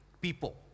people